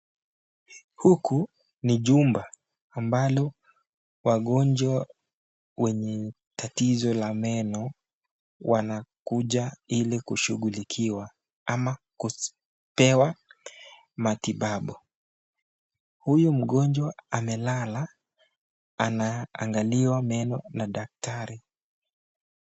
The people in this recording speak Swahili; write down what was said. Huku ni jumba ambalo wagonjwa wenye tatizo la meno wanakuja ili kushungulikiwa ama kupewa matibabu. Huyu mgonjwa amelala anaangaliwa meno na daktari.